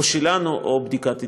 או שלנו או בבדיקת היתכנות.